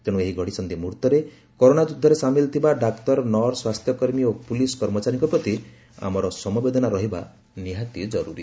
ତେଣୁ ଏହି ଘଡ଼ିସକ୍ଧି ମୁହର୍ଭରେ କରୋନା ଯୁଦ୍ଧରେ ସାମିଲ୍ ଥିବା ଡାକ୍ତର ନର୍ସ ସ୍ୱାସ୍ଥ୍ୟକର୍ମୀ ଓ ପୁଲିସ୍ କର୍ମଚାରୀଙ୍କ ପ୍ରତି ଆମର ସମବେଦନା ରହିବା ନିହାତି ଜରୁରୀ